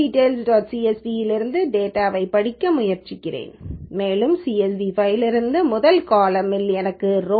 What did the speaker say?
csv இலிருந்து டேட்டாவைப் படிக்க முயற்சிக்கிறேன் மேலும் csv ஃபைலின் முதல் காலம்யில் எனக்கு ரோ